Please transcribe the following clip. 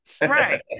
Right